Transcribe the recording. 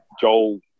Joel